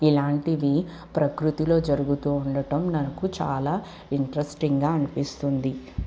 ఇలాంటివి ప్రకృతిలో జరుగుతూ ఉండటం నాకు చాలా ఇంట్రెస్టింగా అనిపిస్తుంది